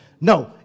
No